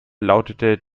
lautete